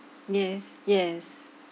yes yes